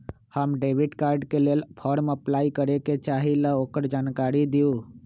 हम debit card के लेल फॉर्म अपलाई करे के चाहीं ल ओकर जानकारी दीउ?